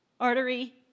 Artery